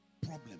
problem